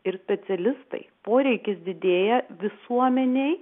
ir specialistai poreikis didėja visuomenei